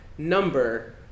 number